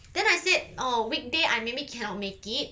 then I said oh weekday I maybe cannot make it